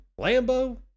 Lambo